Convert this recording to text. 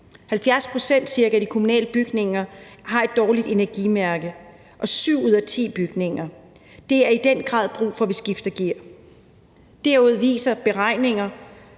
70 pct. af de kommunale bygninger har et dårligt energimærke – syv ud af ti bygninger – og der er i den grad brug for, at vi skifter gear. Derudover viser beregninger,